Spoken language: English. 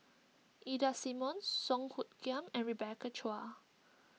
Ida Simmons Song Hoot Kiam and Rebecca Chua